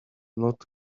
not